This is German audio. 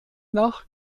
nach